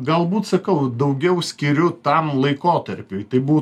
galbūt sakau daugiau skiriu tam laikotarpiui tai bu